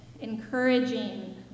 encouraging